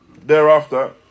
Thereafter